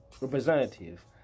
representative